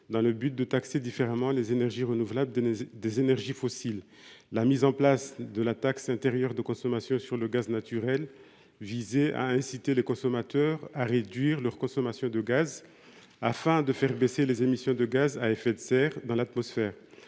carbone afin de taxer différemment les énergies renouvelables et les énergies fossiles. La mise en place de la taxe intérieure de consommation sur le gaz naturel (TICGN) visait à inciter les consommateurs à réduire leur consommation de gaz, afin de diminuer les émissions de GES dans l’atmosphère.